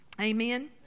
Amen